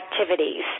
activities